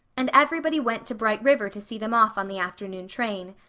and everybody went to bright river to see them off on the afternoon train.